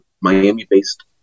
Miami-based